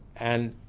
and